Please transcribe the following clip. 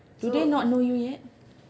do they not know you yet